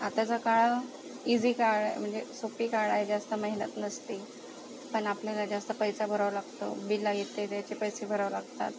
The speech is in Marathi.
आताचा काळ इजी काळ आहे म्हणजे सोपी काळ आहे जास्त मेहनत नसते पण आपल्याला जास्त पैसा भरावा लागतो बिला येते त्याचे पैसे भरावं लागतात